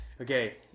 Okay